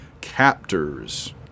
captors